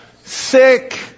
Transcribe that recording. sick